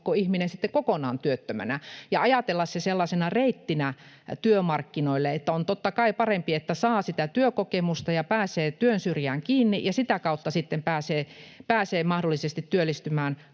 ihminen sitten kokonaan työttömänä, ja ajatella se sellaisena reittinä työmarkkinoille, että on totta kai parempi, että saa sitä työkokemusta ja pääsee työnsyrjään kiinni ja sitä kautta sitten pääsee mahdollisesti työllistymään